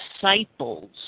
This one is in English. disciples